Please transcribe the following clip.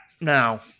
now